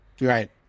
Right